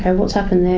what's happened there?